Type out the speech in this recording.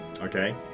Okay